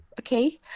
okay